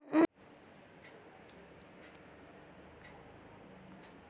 क्या मैं बालू मिट्टी में मूंगफली की खेती कर सकता हूँ?